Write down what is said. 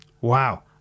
Wow